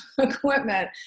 equipment